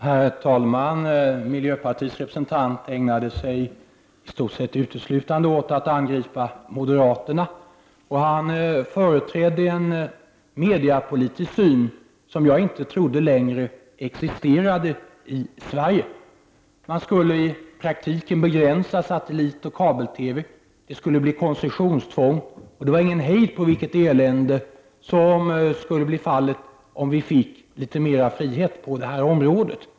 Herr talman! Miljöpartiets representant ägnade sig i stort sett uteslutande åt att angripa moderaterna. Han företräder en mediepolitisk syn som jag inte trodde existerade i Sverige längre, en syn på dessa frågor som går ut på att man i praktiken skulle begränsa satellitoch kabel-TV-verksamheten och att det skulle bli fråga om koncessionstvång. Det var ingen hejd på vilket elände som skulle bli fallet om vi fick litet mer av frihet på detta område.